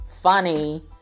funny